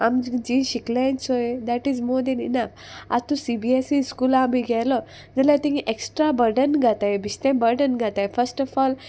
आम जी शिकलेन चोय that is more than enough आतां सीबीएसई स्कूला आमी गेलो जाल्यार तिंगे एक्स्ट्रा बर्डन घाताय बिस्तें बर्डन घाताय फस्ट ऑफ ऑल